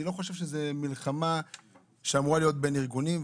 אני לא חושב שזו מלחמה שאמורה להיות בין ארגונים.